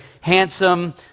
handsome